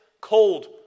cold